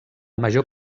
major